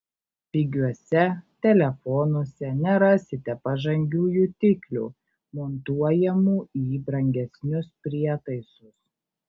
pigiuose telefonuose nerasite pažangių jutiklių montuojamų į brangesnius prietaisus